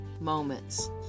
moments